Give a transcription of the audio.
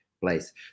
place